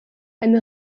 eine